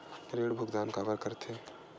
ऋण भुक्तान काबर कर थे?